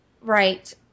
Right